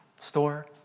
Store